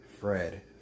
Fred